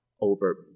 over